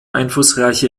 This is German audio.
einflussreiche